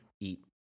eat